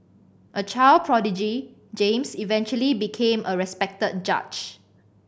a child prodigy James eventually became a respected judge